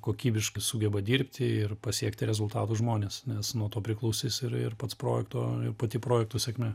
kokybiškai sugeba dirbti ir pasiekti rezultatų žmonės nes nuo to priklausys ir ir pats projekto pati projekto sėkmė